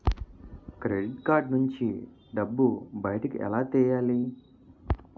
Credit card నుంచి డబ్బు బయటకు ఎలా తెయ్యలి?